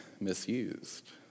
misused